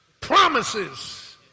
promises